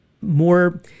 more